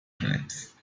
tribes